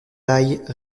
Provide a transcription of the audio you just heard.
die